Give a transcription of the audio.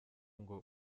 ngo